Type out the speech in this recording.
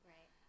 Right